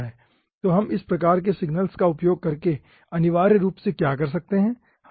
तो हम इस प्रकार के सिग्नल्स का उपयोग करके अनिवार्य रूप से क्या कर सकते हैं